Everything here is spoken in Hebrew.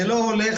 זה לא הולך.